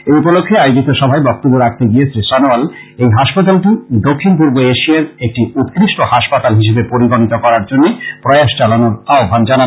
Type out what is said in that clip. এই উপলক্ষে আয়োজিত সভায় বক্তব্য রাখতে গিয়ে শ্রী সনোয়াল এই হাসপাতালটি দক্ষিণ পূর্ব এশিয়ার একটি উৎকৃষ্ট হাসপাতাল হিসেবে পরিগণিত করার জন্য প্রয়াস চালানোর আহ্বান জানান